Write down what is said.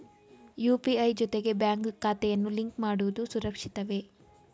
UPI ಜೊತೆಗೆ bank ಖಾತೆಯನ್ನು link ಮಾಡುವುದು ಸುರಕ್ಷಿತವೇ?